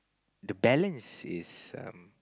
the balance is um